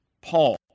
Paul